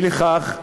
אי לכך,